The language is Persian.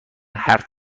حرف